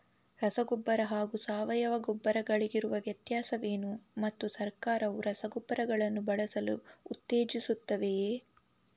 ರಸಗೊಬ್ಬರ ಹಾಗೂ ಸಾವಯವ ಗೊಬ್ಬರ ಗಳಿಗಿರುವ ವ್ಯತ್ಯಾಸವೇನು ಮತ್ತು ಸರ್ಕಾರವು ರಸಗೊಬ್ಬರಗಳನ್ನು ಬಳಸಲು ಉತ್ತೇಜಿಸುತ್ತೆವೆಯೇ?